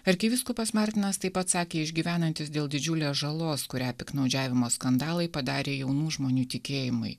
arkivyskupas martinas taip pat sakė išgyvenantis dėl didžiulės žalos kurią piktnaudžiavimo skandalai padarė jaunų žmonių tikėjimui